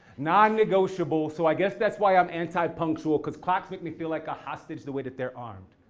non-negotiable, so i guess that's why i'm anti-punctual, cuz clocks make me feel like a hostage the way that they're armed.